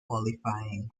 qualifying